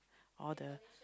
all the